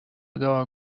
دعا